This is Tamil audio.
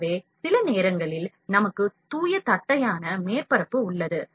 எனவே சில நேரங்களில் நமக்கு தூய தட்டையான மேற்பரப்பு உள்ளது